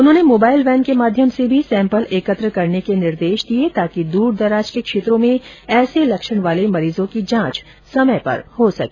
उन्होंने mobile van के माध्यम से भी सैम्पल एकत्र करने के निर्देश दिए ताकि दूर दराज के क्षेत्रों में ऐसे लक्षण वाले मरीजों की जांच समय पर हो सके